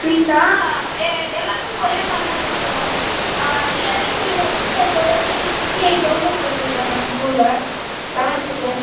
ஃபீஸாக எ எல்லாத்துக்கும் ஒரே மாதிரி தான் சார் வரும் இயர்லி ஃபீஸ் வந்து டோட்டலி சிக்ஸ்ட்டி எயிட் தௌசண்ட் வருது சார் நம்ம ஸ்கூலில் லெவன்த்துக்கு